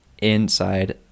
inside